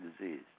disease